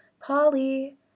Polly